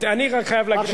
אני חייב להגיד לך,